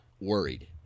worried